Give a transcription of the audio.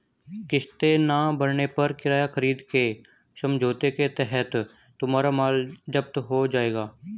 किस्तें ना भरने पर किराया खरीद के समझौते के तहत तुम्हारा माल जप्त हो जाएगा